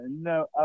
no